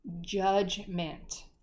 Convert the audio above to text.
judgment